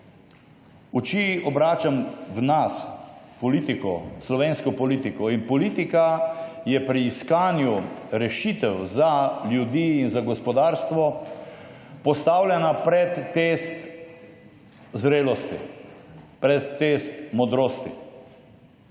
Oči obračam v nas politikov, v slovensko politiko in politika je pri iskanju rešitev za ljudi in za gospodarstvo postavljena pred test zrelosti, pred test modrosti.